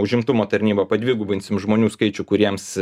užimtumo tarnyba padvigubinsim žmonių skaičių kuriems